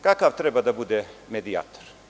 Kakav treba da bude medijator?